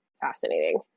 fascinating